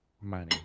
money